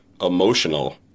emotional